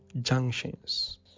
junctions